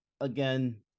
Again